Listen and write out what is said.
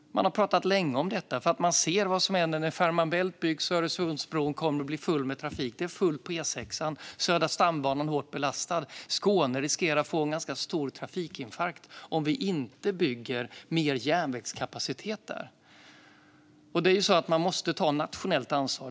De har pratat länge om detta. De ser nämligen vad som händer när Fehmarn Bält-förbindelsen byggs och Öresundsbron kommer att bli full med trafik. Det är fullt på E6:an. Södra stambanan är hårt belastad. Skåne riskerar att få en ganska stor trafikinfarkt om vi inte bygger mer järnvägskapacitet där. Man måste ta nationellt ansvar.